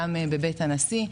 גם בבית הנשיא.